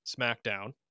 SmackDown